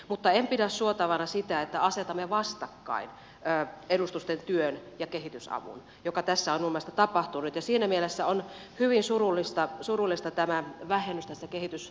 mutta en pidä suotavana sitä että asetamme vastakkain edustustojen työn ja kehitysavun mikä tässä on minun mielestäni tapahtunut ja siinä mielessä on hyvin surullista tämä vähennys kehitysapurahasta